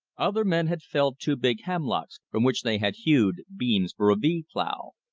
other men had felled two big hemlocks, from which they had hewed beams for a v plow.